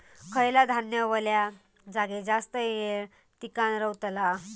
खयला धान्य वल्या जागेत जास्त येळ टिकान रवतला?